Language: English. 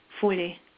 fully